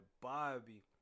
Bobby